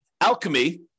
Alchemy